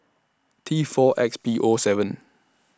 T four X P O seven